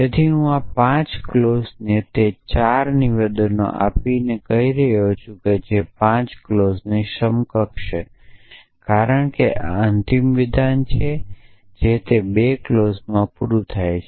તેથી હું આ 5 ક્લોઝને તે 4 નિવેદનો આપીને કહી રહ્યો છું જે 5 ક્લોઝની સમકક્ષ છે કારણ કે આ અંતિમ વિધાન છે જે તે 2 ક્લોઝમાં પૂરું થાય છે